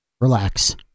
relax